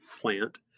plant